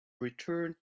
returned